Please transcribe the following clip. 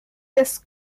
des